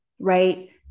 right